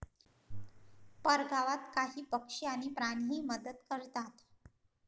परगावात काही पक्षी आणि प्राणीही मदत करतात